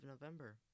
November